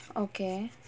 okay